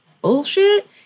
bullshit—